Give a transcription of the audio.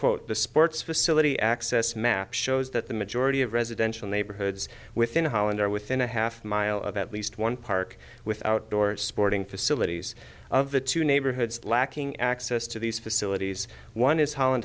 quote the sports facility access map shows that the majority of residential neighborhoods within holland are within a half mile of at least one park with outdoor sporting facilities of the two neighborhoods lacking access to these facilities one is ho